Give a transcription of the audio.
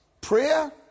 Prayer